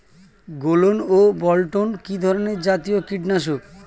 গোলন ও বলটন কি ধরনে জাতীয় কীটনাশক?